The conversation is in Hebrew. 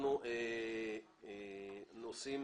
אנחנו עושים